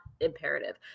imperative